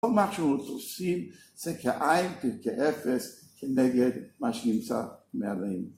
כל מה שאנחנו עושים זה כאיין, כאפס, כנגד מה שנמצא מערים